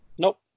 Nope